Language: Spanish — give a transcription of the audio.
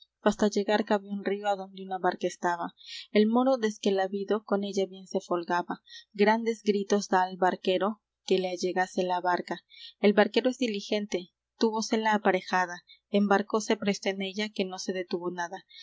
fasta llegar cabe un río adonde una barca estaba el moro desque la vido con ella bien se folgaba grandes gritos da al barquero que le allegase la barca el barquero es diligente túvosela aparejada embarcóse presto en ella que no se detuvo nada